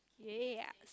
yay yes